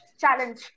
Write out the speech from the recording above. challenge